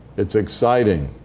it's exciting.